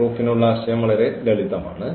പ്രൂഫിനുള്ള ആശയം വളരെ ലളിതമാണ്